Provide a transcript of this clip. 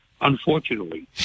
unfortunately